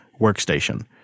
workstation